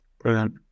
brilliant